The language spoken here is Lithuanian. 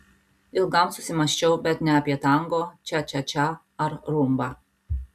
ilgam susimąsčiau bet ne apie tango čia čia čia ar rumbą